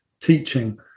teaching